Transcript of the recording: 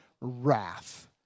wrath